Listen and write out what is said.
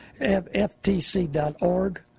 ftc.org